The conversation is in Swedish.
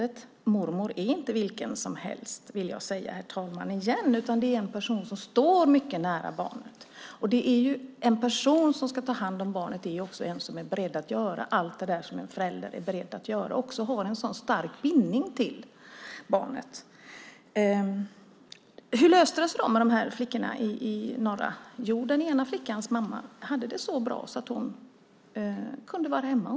Och mormor är inte vem som helst, vill jag säga igen, herr talman, utan det är en person som står mycket nära barnet. Den person som ska ta hand om barnet är också någon som är beredd att göra allt det som en förälder är beredd att göra och har också en stark bindning till barnet. Hur löste det sig då med de här flickorna? Jo, den ena flickans mamma hade det så bra att hon kunde vara hemma.